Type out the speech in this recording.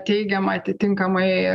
teigiamą atitinkamai